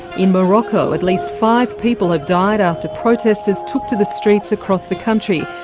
in morocco at least five people have died after protesters took to the streets across the country.